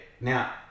Now